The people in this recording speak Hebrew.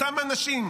אותם אנשים,